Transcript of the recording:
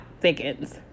thickens